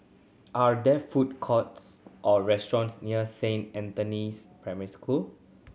are there food courts or restaurants near Saint Anthony's Primary School